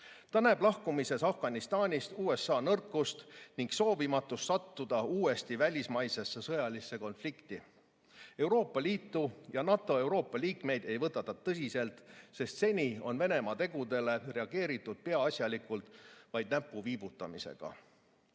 Ta näeb Afganistanist lahkumises USA nõrkust ning soovimatust sattuda uuesti välismaisesse sõjalisse konflikti. Euroopa Liitu ja NATO Euroopa liikmeid ei võta ta tõsiselt, sest seni on Venemaa tegudele reageeritud peaasjalikult vaid näpuviibutamisega.